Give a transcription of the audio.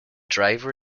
driver